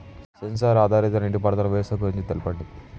Censor ఆధారిత నీటిపారుదల వ్యవస్థ గురించి తెల్పండి?